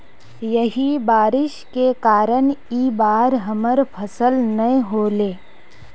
यही बारिश के कारण इ बार हमर फसल नय होले?